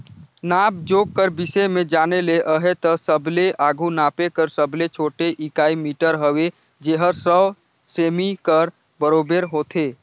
नाप जोख कर बिसे में जाने ले अहे ता सबले आघु नापे कर सबले छोटे इकाई मीटर हवे जेहर सौ सेमी कर बराबेर होथे